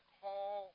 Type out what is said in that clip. call